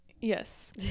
Yes